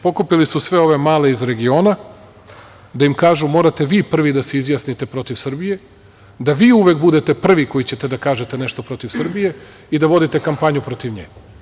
Pokupili su sve ove male iz regiona da im kažu - morate vi prvi da se izjasnite protiv Srbije, da vi uvek budete prvi koji ćete da kažete nešto protiv Srbije i da vodite kampanju protiv nje.